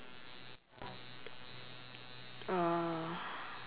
uh